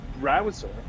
browser